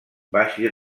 baix